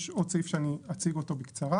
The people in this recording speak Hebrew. יש עוד סעיף שאני אציג אותו בקצרה,